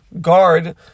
guard